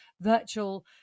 virtual